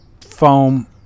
foam